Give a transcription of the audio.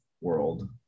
world